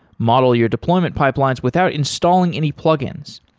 model your deployment pipelines without installing any plugins.